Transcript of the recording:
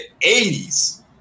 80s